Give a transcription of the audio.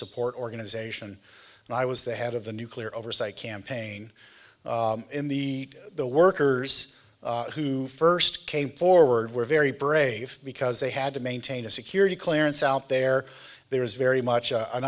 support organization and i was the head of the nuclear oversight campaign in the the workers who first came forward were very brave because they had to maintain a security clearance out there there is very much